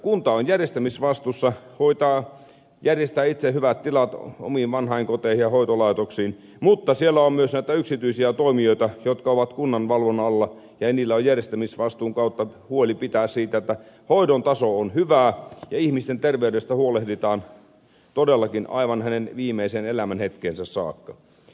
kunta on vastuussa järjestää itse hyvät tilat omiin vanhainkoteihin ja hoitolaitoksiin mutta siellä on myös näitä yksityisiä toimijoita jotka ovat kunnan valvonnan alla ja niillä on järjestämisvastuun kautta velvollisuus pitää huoli siitä että hoidon taso on hyvää ja ihmisen terveydestä huolehditaan todellakin aivan hänen viimeisen elämänhetkeensä saakka